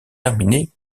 terminées